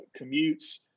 commutes